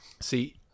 See